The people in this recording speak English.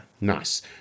Nice